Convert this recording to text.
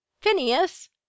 Phineas